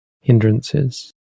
hindrances